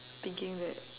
thinking that